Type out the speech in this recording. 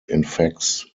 infects